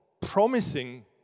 promising